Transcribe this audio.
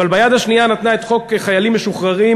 אבל ביד השנייה נתנה את חוק חיילים משוחררים,